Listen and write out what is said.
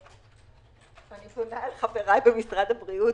אני פונה לחבריי במשרד הבריאות.